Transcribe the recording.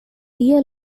year